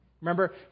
Remember